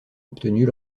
obtenues